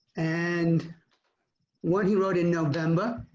and what he wrote in november,